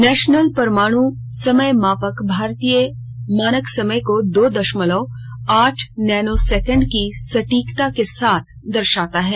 national परमाणु समय मापक भारतीय मानक समय को दो दशमलव आठ नैनोसेकंड की सटीकता के साथ दर्शाता है